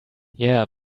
yeah